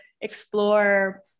explore